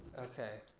okay,